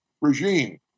regime